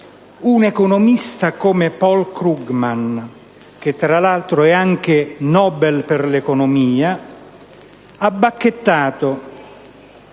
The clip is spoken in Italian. un economista come Paul Krugman - che, tra l'altro, è anche premio Nobel per l'economia - ha bacchettato